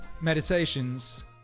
meditations